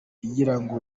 yaragiraga